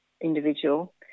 individual